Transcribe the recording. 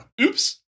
Oops